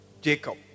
Jacob